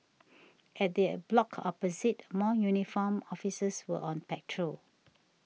vat the block opposite more uniformed officers were on patrol